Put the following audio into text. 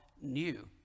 new